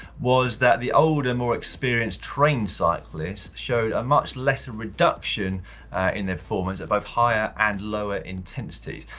was that the older, more experienced trained cyclists showed a much lesser reduction in their performance at both higher and lower intensities.